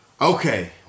Okay